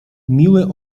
miły